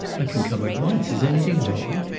i can come at once. is anything wrong?